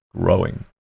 growing